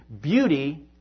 beauty